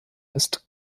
ist